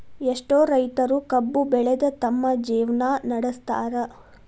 ಎಷ್ಟೋ ರೈತರು ಕಬ್ಬು ಬೆಳದ ತಮ್ಮ ಜೇವ್ನಾ ನಡ್ಸತಾರ